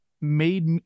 made